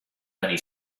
many